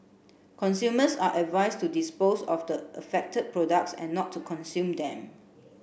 consumers are advise to dispose of the affected products and not to consume them